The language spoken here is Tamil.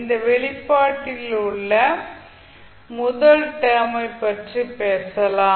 இந்த வெளிப்பாட்டில் உள்ள முதல் டேர்ம் பற்றி பேசலாம்